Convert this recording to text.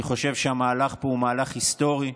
אני חושב שהמהלך פה הוא מהלך היסטורי,